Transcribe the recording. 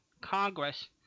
Congress –